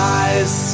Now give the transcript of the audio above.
eyes